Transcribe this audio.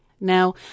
Now